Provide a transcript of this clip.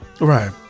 Right